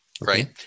right